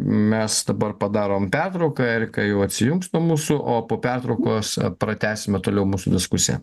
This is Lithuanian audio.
mes dabar padarom pertrauką erika jau atsijungs po mūsų o po pertraukos pratęsime toliau mūsų diskusiją